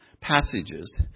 passages